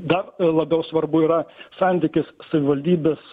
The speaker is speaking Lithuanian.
dar labiau svarbu yra santykis savivaldybės